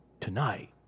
tonight